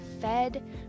fed